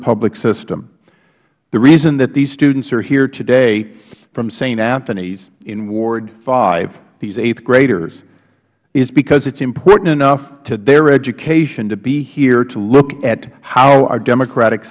public system the reason that these students are here today from saint anthony in ward five these eighth graders is because it is important enough to their education to be here to look at how our democratic